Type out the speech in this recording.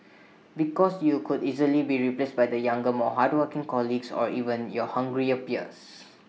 because you could easily be replaced by the younger more hardworking colleagues or even your hungrier peers